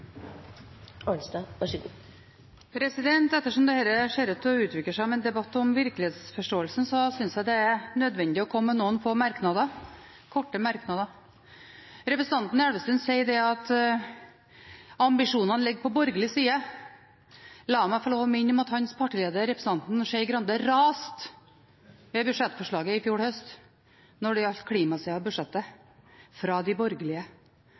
nødvendig å komme med noen få korte merknader. Representanten Elvestuen sier at ambisjonene ligger på borgerlig side. La meg få lov til å minne om at hans partileder, representanten Skei Grande, raste over budsjettforslaget i fjor høst når det gjaldt klimasiden av budsjettet fra de borgerlige,